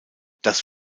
das